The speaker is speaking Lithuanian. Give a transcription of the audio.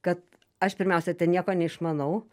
kad aš pirmiausia ten nieko neišmanau